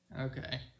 okay